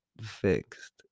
fixed